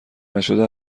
نشده